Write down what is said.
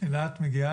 אילת מגיעה.